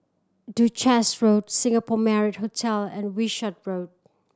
Duchess Road Singapore Marriott Hotel and Wishart Road